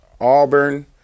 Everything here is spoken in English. Auburn